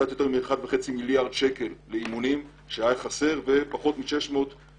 קצת יותר מ-1.5 מיליארד שקל לאימונים שהיה חסר ועוד 500 מיליון